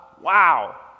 Wow